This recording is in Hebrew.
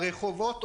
ברחובות,